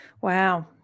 Wow